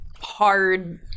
hard